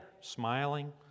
smiling